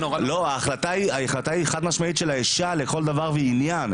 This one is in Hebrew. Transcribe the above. ההחלטה היא חד משמעית של האישה, לכל דבר ועניין.